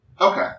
Okay